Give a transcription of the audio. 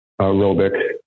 aerobic